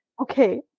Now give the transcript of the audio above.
okay